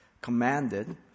commanded